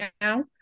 now